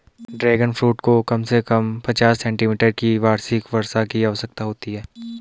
dragon fruit को कम से कम पचास सेंटीमीटर की वार्षिक वर्षा की आवश्यकता होती है